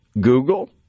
Google